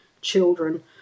children